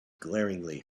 glaringly